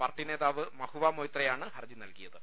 party Mahua മഹുവ മൊയ്ത്രയാണ് ഹർജി നൽകിയത്